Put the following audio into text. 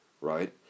Right